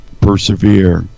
persevere